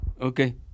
Okay